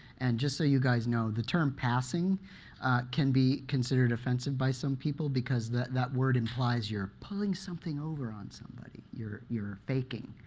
and just so you guys know, the term passing can be considered offensive by some people, because that word implies you're pulling something over on somebody you're you're faking.